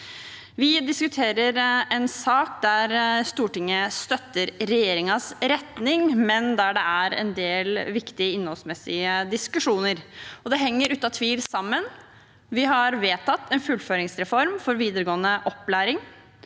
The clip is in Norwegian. Vi diskuterer en sak der Stortinget støtter regjeringens retning, men der det er en del viktige innholdsmessige diskusjoner, og det henger uten tvil sammen. Vi har vedtatt en fullføringsreform for videregående opplæring,